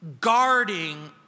guarding